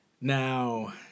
Now